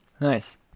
Nice